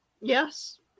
yes